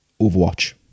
Overwatch